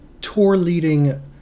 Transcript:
tour-leading